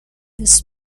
this